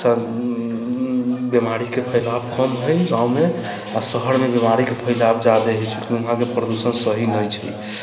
बीमारीके फैलाव कम हइ गाँवमे आ शहरमे बीमारीके फैलाव जादे ही छै वहाँके प्रदूषण सही नहि छै